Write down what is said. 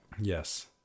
Yes